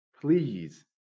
please